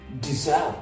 deserve